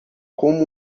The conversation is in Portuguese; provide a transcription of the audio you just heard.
como